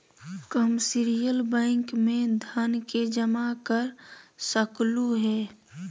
commercial bank में धन के जमा कर सकलु हें